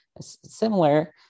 similar